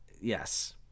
Yes